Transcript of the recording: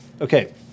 Okay